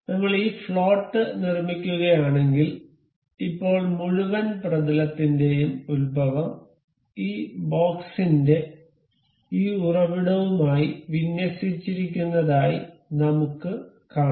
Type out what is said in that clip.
അതിനാൽ ഞങ്ങൾ ഈ ഫ്ലോട്ട് നിർമ്മിക്കുകയാണെങ്കിൽ ഇപ്പോൾ മുഴുവൻ പ്രതലത്തിന്റെയും ഉത്ഭവം ഈ ബോക്സിന്റെ ഈ ഉറവിടവുമായി വിന്യസിച്ചിരിക്കുന്നതായി നമുക്ക് കാണാം